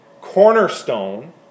cornerstone